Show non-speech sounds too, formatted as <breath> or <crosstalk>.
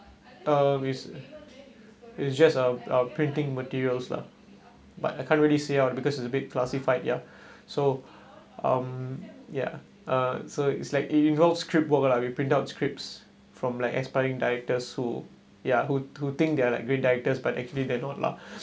uh it's it's just uh our printing materials lah but I can't really say out because it's a big classified ya <breath> so um yeah uh so it's like illegal script work lah we print out scripts from like aspiring directors who ya who who think they're like great directors but actually they are not lah <breath>